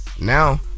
Now